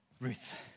Ruth